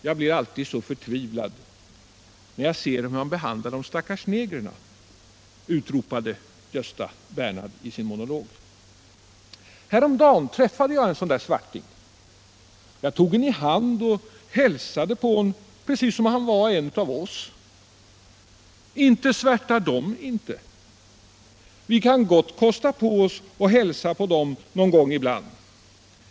Jag blir alltid så förtvivlad när jag ser hur man behandlar de stackars negrerna, utropade Gösta Bernhard i sin monolog. Häromdagen träffade jag en sådan där svarting. Jag tog'en i hand och hälsade på'n — precis som om han var en av oss. Inte svärtar de, inte. Vi kan gott kosta på oss att hälsa på dem någon gång ibland.